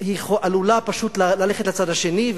עלולה פשוט ללכת לצד השני.